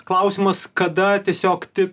klausimas kada tiesiog tik